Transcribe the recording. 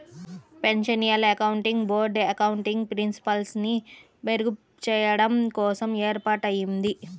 financial accounting board accounting ప్రిన్సిపల్స్ని మెరుగుచెయ్యడం కోసం ఏర్పాటయ్యింది